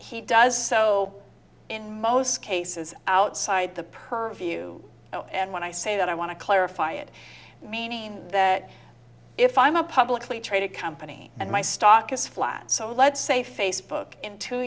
he does so in most cases outside the purview and when i say that i want to clarify it meaning that if i'm a publicly traded company and my stock is flat so let's say facebook in two